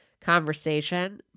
conversation